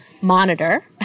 monitor